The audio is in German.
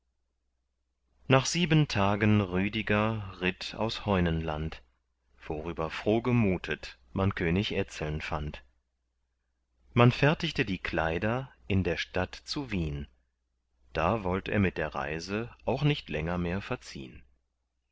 nach sieben tagen rüdiger ritt aus heunenland worüber frohgemutet man könig etzeln fand man fertigte die kleider in der stadt zu wien da wollt er mit der reise auch nicht länger mehr verziehn